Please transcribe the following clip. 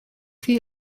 chi